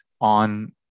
on